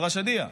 אל-ראשידיה,